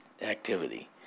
activity